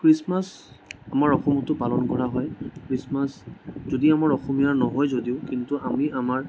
Christmas আমাৰ অসমতো পালন কৰা হয় খ্ৰীষ্টমাছ যদি আমাৰ অসমীয়া নহয় যদিও কিন্তু আমি আমাৰ